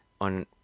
on